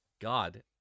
God